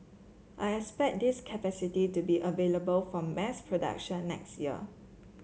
I expect this capacity to be available for mass production next year